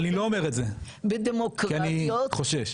אני חושש.